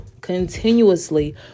continuously